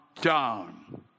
down